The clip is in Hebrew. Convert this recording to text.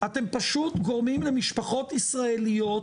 אתם פשוט גורמים למשפחות ישראליות